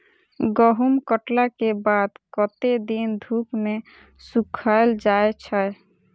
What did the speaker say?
गहूम कटला केँ बाद कत्ते दिन धूप मे सूखैल जाय छै?